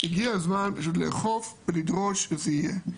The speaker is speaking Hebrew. הגיע הזמן לאכוף ולדרוש שזה יהיה.